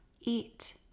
Eat